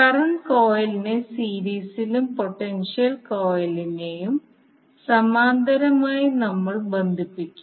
current കോയിലിനെ സീരീസിലും potential കോയിലിനെയും സമാന്തരമായി നമ്മൾ ബന്ധിപ്പിക്കും